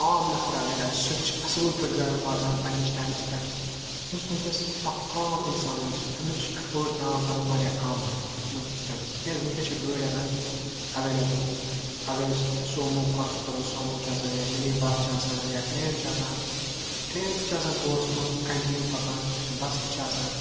عام نَفَر اَگر آسہِ سُہ تہِ چھُ اَصٕل پٲٹھۍ گَرٕ واتان پنٛنِس ٹایمَس پٮ۪ٹھ یُس وٕنۍکٮ۪س اَکھ عام اِنسان چھُ أمِس چھِ اٮ۪فوڈ پٮ۪وان کَرُن واریاہ کَم وۄنۍ وٕنۍ کِس ٹایمَس کیٛازِ وٕنۍکٮ۪س چھےٚ گٲڑۍ آسان اٮ۪وٮ۪لیبٕل اَگر أسۍ سوموٗ کَتھ کرو سومو چھِ آسان یا مِنی بَس چھِ آسان یا ٹرٛین چھِ آسان ٹرٛین تہِ چھِ آسان دۄہَس منٛز کنٛٹِنیوٗ پَکان بَس تہِ چھِ آسان